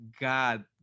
God